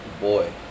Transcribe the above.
boy